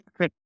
okay